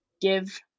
give